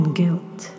guilt